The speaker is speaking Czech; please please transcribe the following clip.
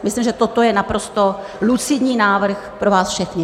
Myslím, že toto je naprosto lucidní návrh pro vás všechny.